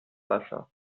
wasser